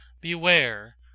beware